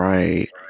Right